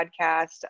podcast